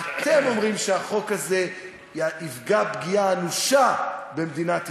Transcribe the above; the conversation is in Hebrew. אתם אומרים שהחוק הזה יפגע פגיעה אנושה במדינת ישראל,